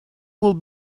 would